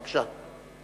בבקשה.